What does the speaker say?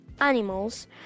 animals